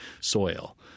soil